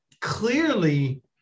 clearly